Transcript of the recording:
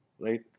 right